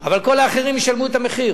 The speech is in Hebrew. אבל כל האחרים ישלמו את המחיר.